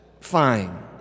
Fine